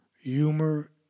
humor